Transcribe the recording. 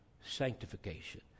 sanctification